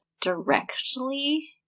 directly